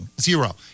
zero